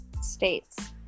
states